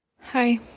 Hi